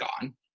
gone